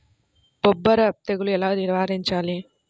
బొబ్బర తెగులు ఎలా నివారించాలి?